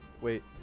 wait